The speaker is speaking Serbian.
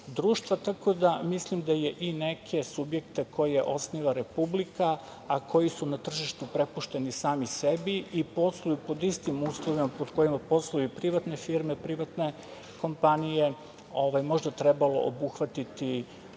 da mislim da je i neke subjekte koje osniva Republika, a koji su na tržištu prepušteni sami sebi i posluju pod istim uslovima pod kojima posluju i privatne firme, privatne kompanije, možda trebalo obuhvatiti ovim